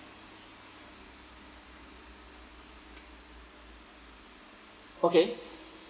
okay